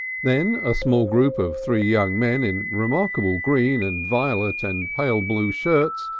then a small group of three young men in remarkable green and violet and pale-blue shirts,